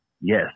Yes